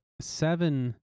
Seven